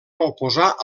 oposar